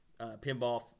Pinball